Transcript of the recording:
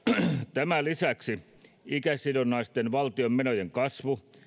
tämän lisäksi ikäsidonnaisten valtion menojen kasvu